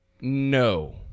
No